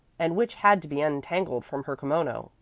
and which had to be untangled from her kimono,